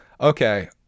Okay